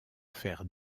faire